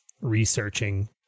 researching